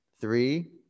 Three